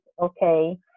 okay